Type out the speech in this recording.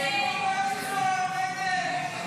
הסתייגות 3 לא נתקבלה.